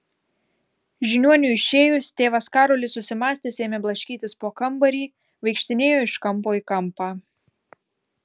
žiniuoniui išėjus tėvas karolis susimąstęs ėmė blaškytis po kambarį vaikštinėjo iš kampo į kampą